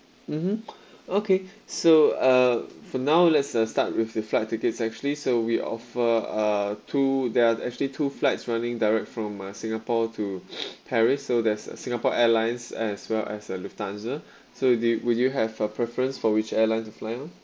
mmhmm okay so uh for now let's uh start with the flight tickets actually so we offer uh two there are actually two flights running direct from uh singapore to paris so there's a singapore airlines as well as uh lufthansa so do y~ would you have a preference for which airline to fly on